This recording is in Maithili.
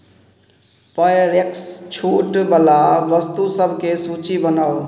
पायरेक्स छूटवला वस्तु सभके सूची बनाउ